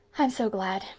i'm so glad.